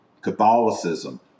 Catholicism